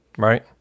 Right